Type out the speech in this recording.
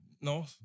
No